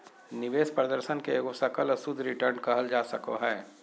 निवेश प्रदर्शन के एगो सकल और शुद्ध रिटर्न कहल जा सको हय